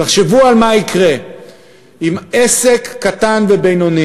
תחשבו מה יקרה אם עסק קטן או בינוני